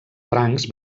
francs